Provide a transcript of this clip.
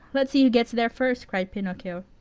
let's see who gets there first! cried pinocchio.